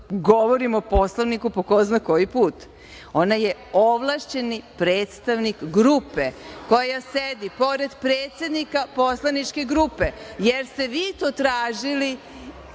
govorim o Poslovniku po ko zna koji put, ona je ovlašćeni predstavnik grupe koja sedi pored predsednika poslaničke grupe, jer ste vi to tražili